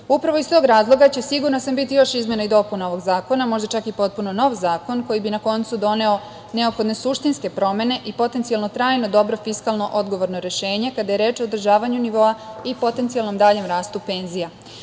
iz tog razloga će, sigurna sam, biti još izmena i dopuna ovog zakona, možda čak i potpuno nov zakon koji bi na koncu doneo neophodne suštinske promene i potencijalno trajno dobro fiskalno odgovorno rešenje kada je reč o održavanju nivoa i potencijalnom daljem rastu